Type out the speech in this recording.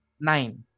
Nine